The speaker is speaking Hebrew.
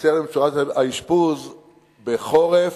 בקשר למצוקת האשפוז בחורף,